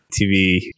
tv